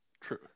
True